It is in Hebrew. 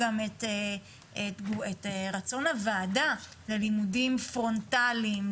את רצון הוועדה ללימודים פרונטליים,